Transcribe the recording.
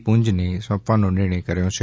પુંજને સોંપવાનો નિર્ણય કર્યો છે